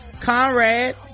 Conrad